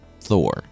Thor